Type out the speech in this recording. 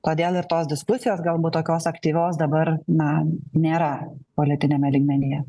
todėl ir tos diskusijos galbūt tokios aktyvios dabar na nėra politiniame lygmenyje